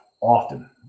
often